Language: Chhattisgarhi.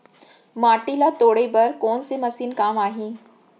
माटी ल तोड़े बर कोन से मशीन काम आही?